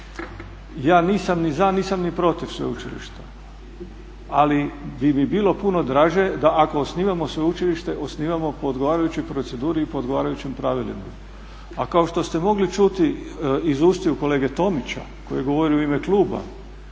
ja nisam ni za, nisam ni protiv sveučilišta. Ali bi mi bilo puno draže da ako osnivamo sveučilište osnivamo po odgovarajućoj proceduri i po odgovarajućim pravilima. A kao što ste mogli čuti iz ustiju kolege Tomića koji je govorio u ime kluba,